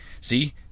See